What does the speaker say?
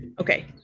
Okay